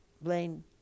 Blaine